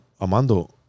Amando